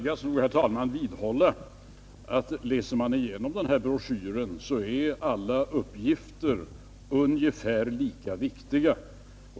Herr talman! Jag nödgas vidhålla att alla uppgifter i broschyren är ungefär lika viktiga.